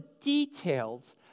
details